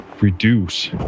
reduce